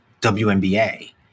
WNBA